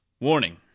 Warning